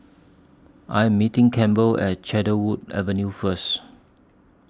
I Am meeting Campbell At Cedarwood Avenue First